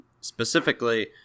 Specifically